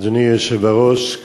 אדוני היושב-ראש,